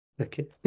Okay